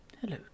hello